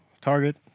Target